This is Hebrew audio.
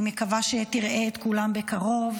אני מקווה שהיא תראה את כולם בקרוב.